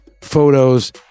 photos